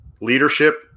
leadership